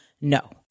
no